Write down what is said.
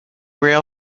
rail